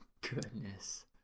Goodness